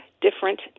different